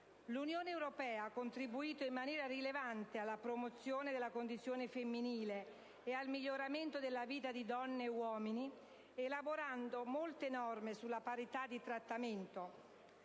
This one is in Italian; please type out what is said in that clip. L'Unione europea ha contribuito in maniera rilevante alla promozione della condizione femminile e al miglioramento della vita di donne e uomini elaborando molte norme sulla parità di trattamento